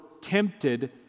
tempted